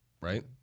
right